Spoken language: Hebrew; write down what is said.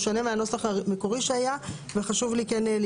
והמקרה הזה היו שני חריגים אם בפרסום